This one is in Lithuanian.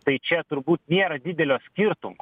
tai čia turbūt nėra didelio skirtumo